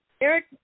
Eric